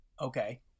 Okay